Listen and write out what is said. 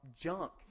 junk